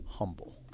Humble